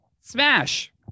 Smash